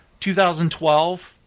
2012